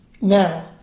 Now